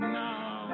now